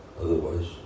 Otherwise